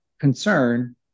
concern